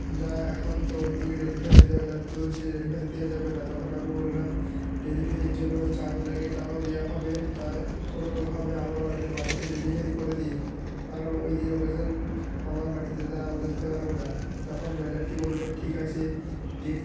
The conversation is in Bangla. না এখন তো ওইদিকে ডেলিভারি দেওয়া ডেলিভারি দেওয়া যাবে না তখন আমি বললাম ডেলিভারির জন্য চার্জ লাগে তাও দেওয়া হবে তা কোনোভাবে আমার বাড়িতে ডেলিভারি করে দিন কারণ ওইদিন অকেশন আমার বাড়িতে দাদা আমরা যেতে পারব না তখন ম্যানেজারটি বলল ঠিক আছে